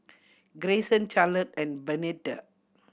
Grayson Charlotte and Bernetta